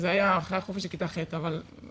אחרי החופש של כיתה ח' אמרתי,